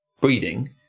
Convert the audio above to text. breathing